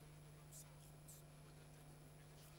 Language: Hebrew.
אני סוגר את הרשימה בעוד חצי